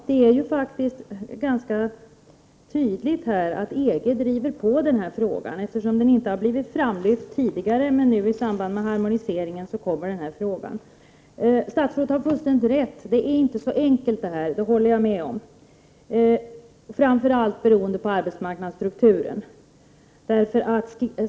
Herr talman! Det är ganska tydligt att EG driver på i denna fråga, eftersom den inte har blivit framlyft tidigare men nu i samband med harmoniseringen kommer upp. Statsrådet har fullständigt rätt i att det inte är så enkelt, framför allt beroende på arbetsmarknadsstrukturen.